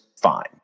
fine